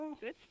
Good